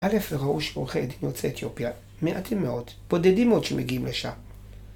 א' זה ראו שעורכי הדין יוצאי אתיופיה מעטים מאוד, בודדים מאוד שמגיעים לשם.